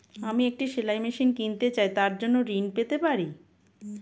আমি একটি সেলাই মেশিন কিনতে চাই তার জন্য ঋণ পেতে পারি?